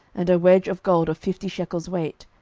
and a wedge of gold of fifty shekels weight,